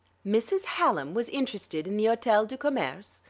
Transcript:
mrs. hallam was interested in the hotel du commerce?